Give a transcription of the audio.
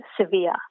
severe